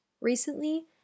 Recently